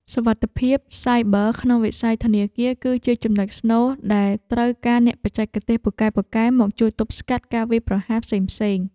សុវត្ថិភាពសាយប័រក្នុងវិស័យធនាគារ គឺជាចំណុចស្នូលដែលត្រូវការអ្នកបច្ចេកទេសពូកែៗមកជួយទប់ស្កាត់ការវាយប្រហារផ្សេងៗ។